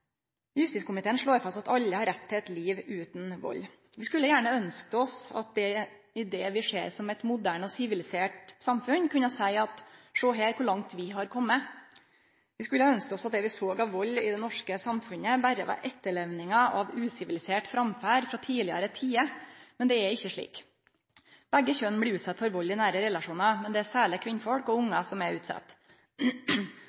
Justiskomiteen slår fast at alle har rett til eit liv utan vald. Vi skulle gjerne ønskt oss at vi i det vi ser på som eit moderne, sivilisert samfunn, kunne seie: Sjå her kor langt vi har komme. Vi skulle ønskt oss at det vi såg av vald i det norske samfunnet, berre var etterlevningar av usivilisert framferd frå tidlegare tider. Men det er ikkje slik. Begge kjønn blir utsette for vald i nære relasjonar, men det er særleg kvinner og